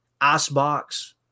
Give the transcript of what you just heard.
Icebox